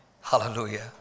Hallelujah